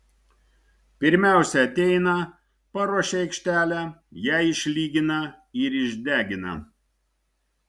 pirmiausia ateina paruošia aikštelę ją išlygina ir išdegina